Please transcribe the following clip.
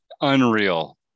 unreal